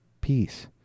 peace